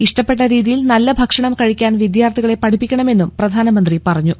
ഇഷ്ടപ്പെട്ട രീതിയിൽ നല്ല ഭക്ഷണം കഴിക്കാൻ വിദ്യാർത്ഥികളെ പഠിപ്പിക്കണമെന്നും പ്രധാനമന്ത്രി പറഞ്ഞു